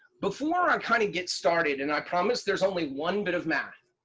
before i kind of get started, and i promise there's only one bit of math,